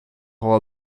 how